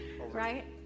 right